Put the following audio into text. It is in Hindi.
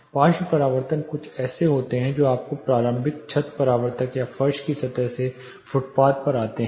पार्श्व परावर्तन कुछ ऐसे हैं जो आपको प्रारंभिक छत परावर्तक या फर्श की सतह से फुटपाथ से आते हैं